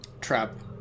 trap